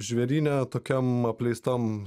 žvėryne atokiam apleistam